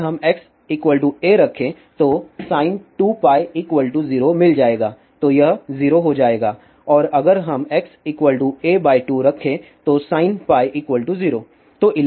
अगर हम x a रखे तो sin2π 0 मिल जाएगा तो यह 0 हो जाएगा और अगर हम x a 2 रखे तो sinπ 0